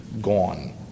gone